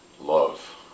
love